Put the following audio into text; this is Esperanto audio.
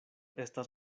estas